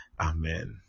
amen